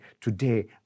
today